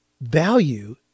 value